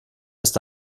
ist